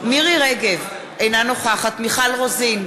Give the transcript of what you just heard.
מירי רגב, אינה נוכחת מיכל רוזין,